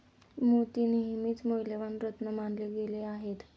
मोती नेहमीच मौल्यवान रत्न मानले गेले आहेत